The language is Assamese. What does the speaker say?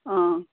অ